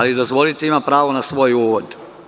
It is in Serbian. Dozvolite imam pravo na svoj uvod.